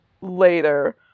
later